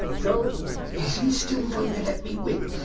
so is he still going to let me win?